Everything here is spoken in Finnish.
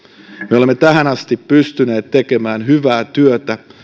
me olemme tähän asti pystyneet tekemään hyvää työtä